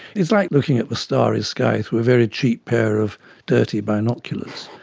it's like looking at the starry sky through a very cheap pair of dirty binoculars.